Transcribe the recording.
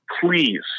Please